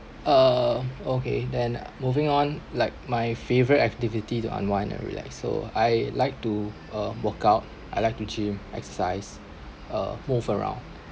uh okay then uh moving on like my favourite activity to unwind and relax so I like to uh workout I like to gym exercise uh move around